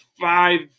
five